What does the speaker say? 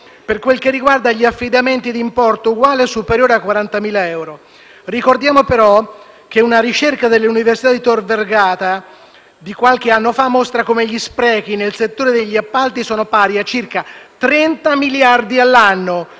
per quel che riguarda gli affidamenti di importo uguale o superiore a 40.000 euro. Ricordiamo però anche che una ricerca dell'università Tor Vergata di qualche anno fa mostra come gli sprechi nel settore degli appalti sono pari a circa 30 miliardi di euro